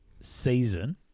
season